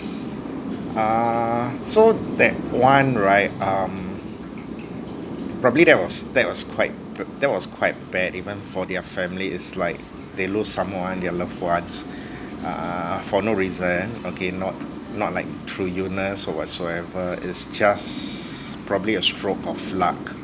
uh so that one right um probably that was that was quite that was quite bad even for their family it's like they lose someone their loved ones uh for no reason okay not not like through illness or whatsoever its just probably a stroke of luck